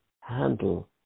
handle